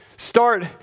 Start